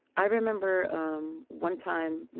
i remember um one time.